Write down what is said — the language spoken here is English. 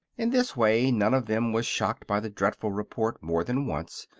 in this way none of them was shocked by the dreadful report more than once,